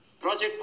Project